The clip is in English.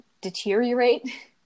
deteriorate